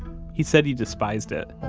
he said he despised it.